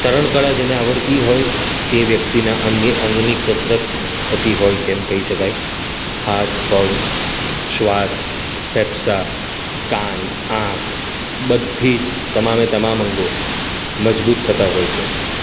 તરણ કળા જેને આવડતી હોય તે વ્યક્તિનાં અંગે અંગની કસરત થતી હોય છે એમ કહી શકાય હાથ પગ શ્વાસ ફેફસા કાન આંખ બધી જ તમામે તમામ અંગો મજબૂત થતાં હોય છે